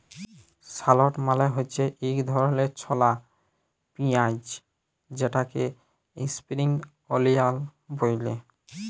shallot মালে হছে ইক ধরলের ছলা পিয়াঁইজ যেটাকে ইস্প্রিং অলিয়াল ব্যলে